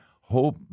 Hope